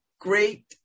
great